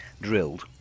Drilled